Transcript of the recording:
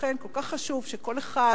ולכן כל כך חשוב שכל אחד